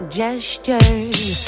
gestures